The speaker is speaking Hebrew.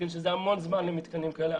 זה המון זמן למתקנים כאלה.